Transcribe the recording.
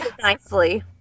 Nicely